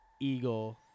Eagle